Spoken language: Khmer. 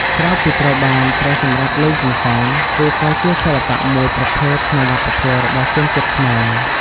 ក្រៅពីត្រូវបានប្រើសម្រាប់លេងកម្សាន្ត វាក៏ជាសិល្បៈមួយប្រភេទក្នុងវប្បធម៌របស់ជនជាតិខ្មែរ។